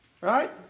right